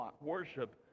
worship